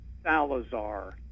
Salazar